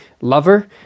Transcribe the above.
lover